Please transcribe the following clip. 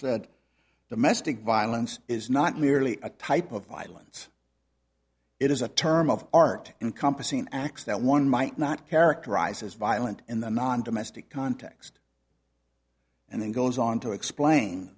said domestic violence is not merely a type of violence it is a term of art encompassing acts that one might not characterize as violent in the non domestic context and then goes on to explain